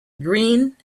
green